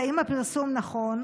ברשות אדוני